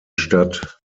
stadt